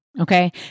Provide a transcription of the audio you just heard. okay